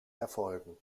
erfolgen